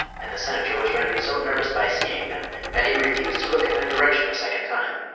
and the senator was rendered so nervous by seeing them that he refused to look in their direction a second time.